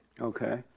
Okay